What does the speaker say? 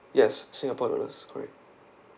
yes singapore dollars correct